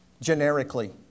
generically